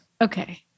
Okay